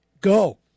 Go